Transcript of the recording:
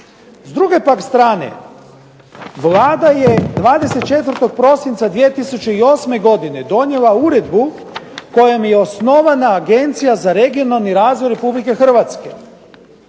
S druge pak strane Vlada je 24. prosinca 2008. godine donijela uredbu kojom je osnovana Agencija za regionalni razvoj RH.